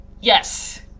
Yes